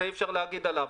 את זה אי אפשר להגיד עליו.